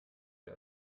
der